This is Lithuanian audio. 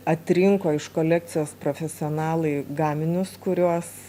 atrinko iš kolekcijos profesionalai gaminius kuriuos